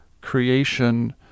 creation